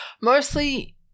Mostly